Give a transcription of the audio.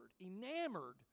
enamored